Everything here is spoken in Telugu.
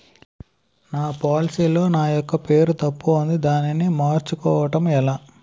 నా పోలసీ లో నా యెక్క పేరు తప్పు ఉంది దానిని మార్చు కోవటం ఎలా?